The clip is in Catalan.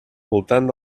voltant